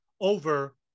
over